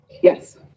Yes